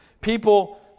People